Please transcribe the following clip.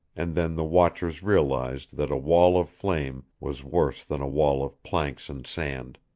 and then the watchers realized that a wall of flame was worse than a wall of planks and sand,